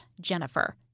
jennifer